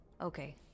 Okay